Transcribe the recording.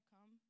come